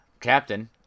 Captain